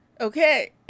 Okay